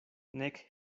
nek